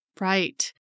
right